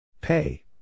Pay